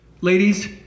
ladies